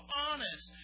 honest